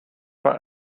war